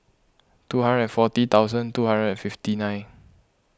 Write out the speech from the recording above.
two hundred and forty thousand two hundred and fifty nine